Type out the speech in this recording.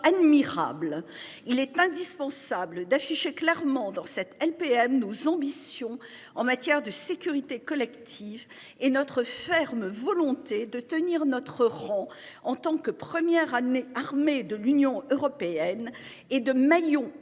Il est indispensable d'afficher clairement dans cette LPM nos ambitions en matière de sécurité collective et notre ferme volonté de tenir notre rang en tant que première année armé de l'Union européenne et de maillon essentiel